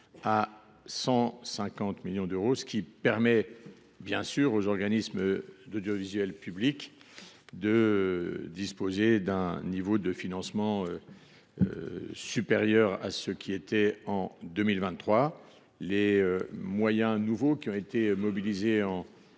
à 150 millions d’euros, ce qui permettra tout de même aux organismes de l’audiovisuel public de disposer d’un niveau de financement supérieur à celui de 2023. Au regard des moyens nouveaux qui ont été mobilisés en